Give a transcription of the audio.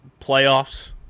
playoffs